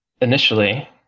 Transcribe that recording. Initially